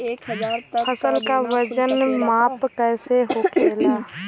फसल का वजन माप कैसे होखेला?